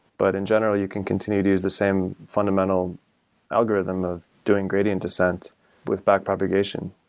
but in general, you can continue to use the same fundamental algorithm of doing gradient descent with back propagation.